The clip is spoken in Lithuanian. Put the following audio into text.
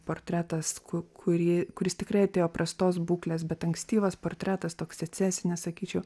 portretas kurį kuris tikrai atėjo prastos būklės bet ankstyvas portretas toks secesinis sakyčiau